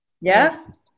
Yes